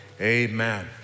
Amen